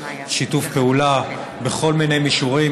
שיתוף פעולה בכל מיני מישורים,